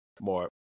more